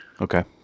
Okay